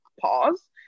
pause